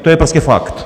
To je prostě fakt.